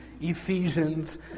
Ephesians